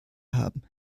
haben